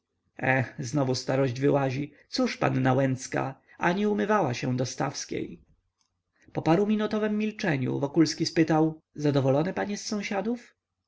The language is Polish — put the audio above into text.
eh znowu starość wyłazi cóż panna łęcka ani umywała się do stawskiej po paruminutowem milczeniu wokulski spytał zadowolone panie z sąsiadów